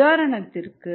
உதாரணத்திற்கு